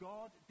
God